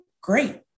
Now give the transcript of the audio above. great